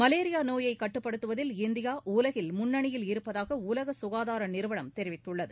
malaria நோயை கட்டுப்படுத்துவதில் India உலகில் முன்னணியில் இருப்பதாக உலக சுகாதார நிறுவனம் தெரிவித்துள்ளது